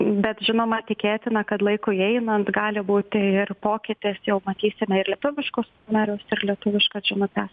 bet žinoma tikėtina kad laikui einant gali būti ir pokytis jau matysime ir lietuviškus narius ir lietuviškas žinutes